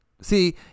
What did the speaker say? See